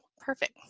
perfect